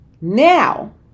now